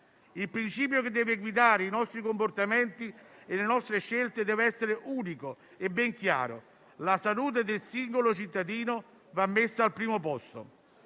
Il principio che deve guidare i nostri comportamenti e le nostre scelte deve essere unico e ben chiaro. La salute del singolo cittadino va messa al primo posto.